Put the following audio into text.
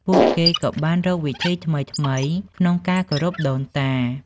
ពួកគេក៏បានរកវិធីថ្មីៗក្នុងការគោរពដូនតា។